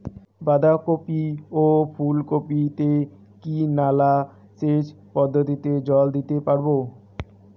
বাধা কপি ও ফুল কপি তে কি নালা সেচ পদ্ধতিতে জল দিতে পারবো?